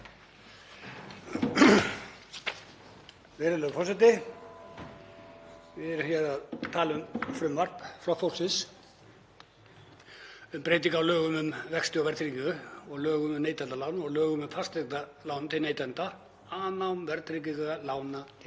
breytingu á lögum um vexti og verðtryggingu, lögum um neytendalán og lögum um fasteignalán til neytenda, afnám verðtryggingar lána til neytenda. Hvað er verðtryggingin? Jú, það er ósköp einfalt. Hún er hækja,